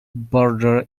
border